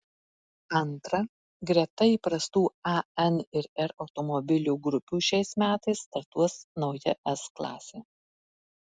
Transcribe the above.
antra greta įprastų a n ir r automobilių grupių šiais metais startuos nauja s klasė